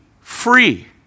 free